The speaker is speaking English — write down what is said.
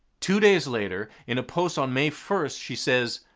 two days later in a post on may first she says,